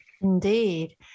Indeed